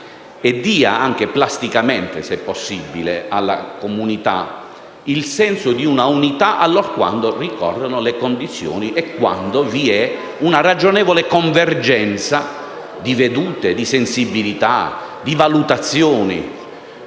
e dia - anche plasticamente se possibile - alla comunità un senso di unità, allorquando ricorrano le condizioni e quando vi sia una ragionevole convergenza di vedute, di sensibilità e di valutazioni,